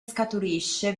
scaturisce